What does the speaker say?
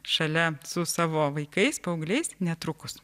šalia su savo vaikais paaugliais netrukus